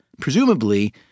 Presumably